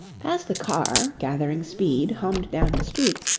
as the car, gathering speed, hummed down the street.